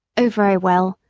oh, very well,